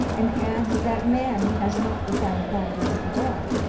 and adds that man has not the fine qualities of the dog.